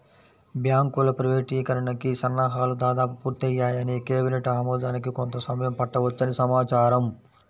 బ్యాంకుల ప్రైవేటీకరణకి సన్నాహాలు దాదాపు పూర్తయ్యాయని, కేబినెట్ ఆమోదానికి కొంత సమయం పట్టవచ్చని సమాచారం